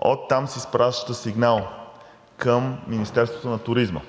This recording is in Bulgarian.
Оттам се изпраща сигнал към Министерството на туризма,